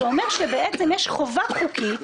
שאומר שבעצם יש חובה חוקית